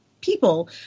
people